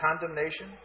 condemnation